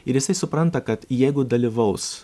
ir jisai supranta kad jeigu dalyvaus